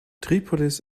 tripolis